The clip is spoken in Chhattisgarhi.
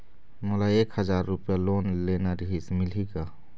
मोला एक हजार रुपया लोन लेना रीहिस, मिलही का?